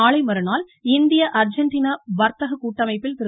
நாளை மறுநாள் இந்திய அர்ஜெண்டினா வர்த்தக கூட்டமைப்பில் திரு